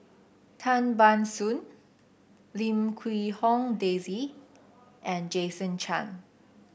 Tan Ban Soon Lim Quee Hong Daisy and Jason Chan